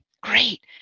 Great